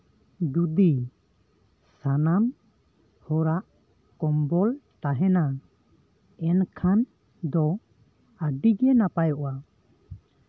ᱡᱚᱫᱤ ᱥᱟᱱᱟᱢ ᱦᱚᱲᱟᱜ ᱠᱚᱢᱵᱚᱞ ᱛᱟᱦᱮᱱᱟ ᱮᱱᱠᱷᱟᱱ ᱫᱚ ᱟᱹᱰᱤᱜᱮ ᱱᱟᱯᱟᱭᱚᱜᱼᱟ